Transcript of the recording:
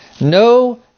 No